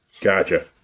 Gotcha